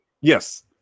Yes